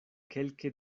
kelke